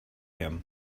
him